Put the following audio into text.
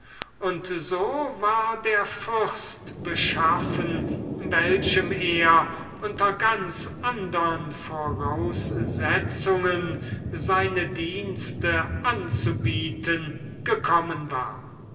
und so war der fürst beschaffen welchem er unter ganz andern voraussetzungen seine dienste anzubieten gekommen war